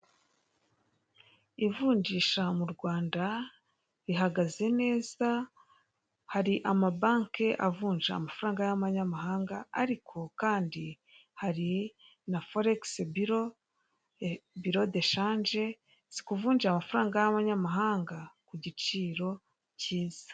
Ivunjisha m'urwanda rihagaze neza hari ama banke avunja amafaranga y'amanyamahanga ariko kandi hari na foregisi biro, biro de shanje zikuvunjira amafaranga y'amanyamahanga kugiciro kiza.